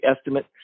estimate